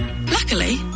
Luckily